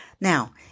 Now